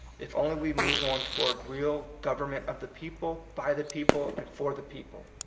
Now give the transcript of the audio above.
if only we move on toward real government of the people, by the people, and for the people.